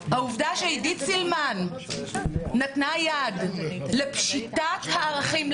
העובדה שעידית סילמן נתנה יד לפשיטת הערכים,